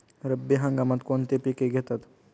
रब्बी हंगामात कोणती पिके घेतात?